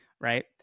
right